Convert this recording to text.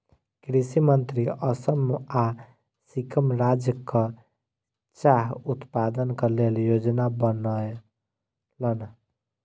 कृषि मंत्री असम आ सिक्किम राज्यक चाह उत्पादनक लेल योजना बनौलैन